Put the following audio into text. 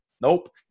Nope